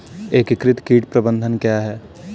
एकीकृत कीट प्रबंधन क्या है?